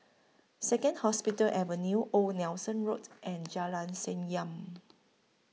Second Hospital Avenue Old Nelson Road and Jalan Senyum